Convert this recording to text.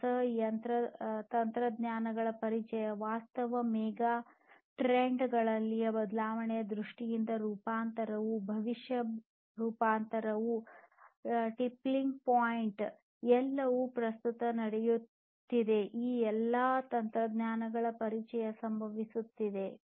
ಹೊಸ ತಂತ್ರಜ್ಞಾನಗಳ ಪರಿಚಯ ಪ್ರಸ್ತುತ ಮೆಗಾಟ್ರೆಂಡ್ ಗಳಲ್ಲಿನ ಬದಲಾವಣೆಗಳ ದೃಷ್ಟಿಯಿಂದ ರೂಪಾಂತರವು ಭವಿಷ್ಯ ರೂಪಾಂತರ ಟಿಪ್ಪಿಂಗ್ ಪಾಯಿಂಟ್ ಎಲ್ಲವೂ ಪ್ರಸ್ತುತ ನಡೆಯುತ್ತಿದೆ ಈ ಎಲ್ಲಾ ತಂತ್ರಜ್ಞಾನಗಳ ಪರಿಚಯ ಸಂಭವಿಸುತ್ತಿದೆ